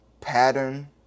pattern